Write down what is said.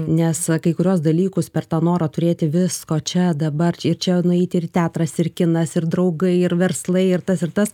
nes kai kuriuos dalykus per tą norą turėti visko čia dabar čia ir čia nueiti ir teatras ir kinas ir draugai ir verslai ir tas ir tas